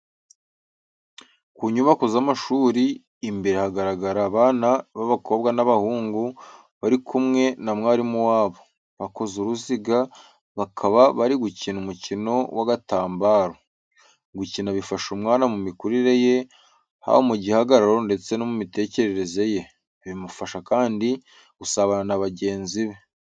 Ku nyubako z'amashuri, imbere hagaragara abana b'abakobwa n'abahungu bari kumwe na mwarimu wabo. Bakoze uruziga bakaba bari gukina umukino w'agatambaro. Gukina bifasha umwana mu mikurire ye, haba mu gihagararo ndetse no mu mitekerereze ye. Bimufasha kandi gusabana na bagenzi be.